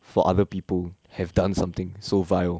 for other people have done something so vile